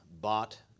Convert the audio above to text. bought